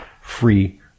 free